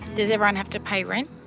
does everyone have to pay rent?